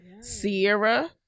Sierra